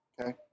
okay